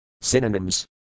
Synonyms